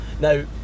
Now